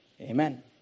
Amen